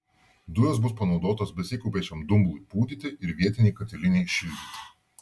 dujos bus panaudotos besikaupiančiam dumblui pūdyti ir vietinei katilinei šildyti